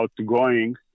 outgoing